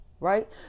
right